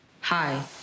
Hi